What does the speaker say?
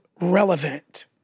relevant